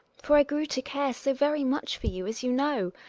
for i grew to care so very much for you, as you know.